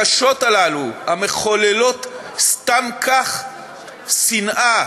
הקשות האלה, המחוללות סתם כך שנאה